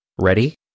Ready